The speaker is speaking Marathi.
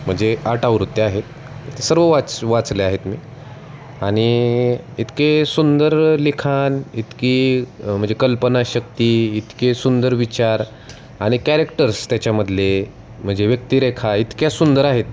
म्हणजे आठ आवृत्त्या आहेत सर्व वाच वाचले आहेत मी आणि इतके सुंदर लिखाण इतकी म्हणजे कल्पनाशक्ती इतके सुंदर विचार आणि कॅरेक्टर्स त्याच्यामधले म्हणजे व्यक्तिरेखा इतक्या सुंदर आहेत